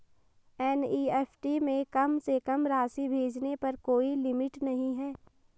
NEFT में कम से कम राशि भेजने पर कोई लिमिट नहीं है